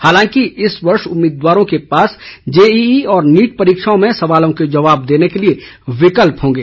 हालांकि इस वर्ष उम्मीदवारों के पास जेईई और नीट परीक्षाओं में सवालों के जवाब देने के लिए विकल्प होंगे